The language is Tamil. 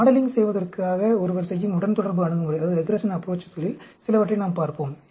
எனவே மாடலிங் செய்வதற்காக ஒருவர் செய்யும் உடன்தொடர்பு அணுகுமுறைகளில் சிலவற்றை நாம் பார்ப்போம்